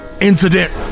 incident